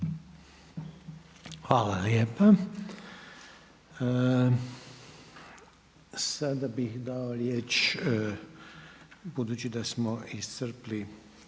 Hvala lijepa. Sada bih dao riječ budući da smo iscrpili